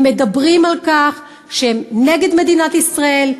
הם מדברים על כך שהם נגד מדינת ישראל,